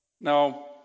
Now